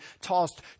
tossed